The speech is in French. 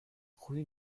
rue